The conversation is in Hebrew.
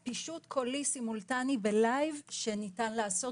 פישוט קולי סימולטני בלייב שניתן לעשות